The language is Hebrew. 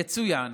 יצוין